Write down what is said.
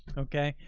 okay,